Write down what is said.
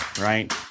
right